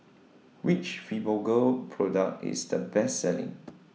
Which Fibogel Product IS The Best Selling